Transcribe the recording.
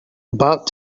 about